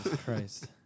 Christ